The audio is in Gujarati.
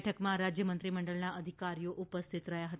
બેઠકમાં રાજ્ય મંત્રીમંડળના અધિકારીઓ ઉપસ્થિત રહ્યા હતા